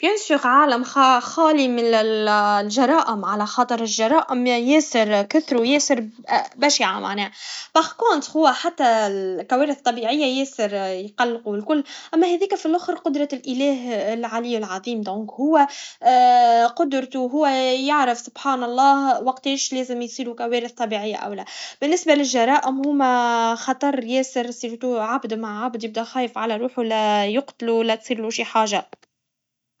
بكل تأكيد عالم خا- خالي من ال- الجرائم, على خاطر الجرائم ياسر كتروا ياسرب- بشع معناها, الكوارث الطبيعيا, ياهر يقلقوا الكل, أما هذيكا فالآخر قدرة الإله, العلي االعظيم, لذلك هوا, قدرته, وهو يعرف, سبحان الله, وقتيش لازم يصيروا كوارث طبيعيا أو لا, بالنسبا للجرائم هوما خطر ياسر قبل كل شيء عبد مع عبد, يبدا خايف على روحه, لا يقتله لا تصيرله شي حاجا.